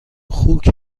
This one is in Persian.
خوک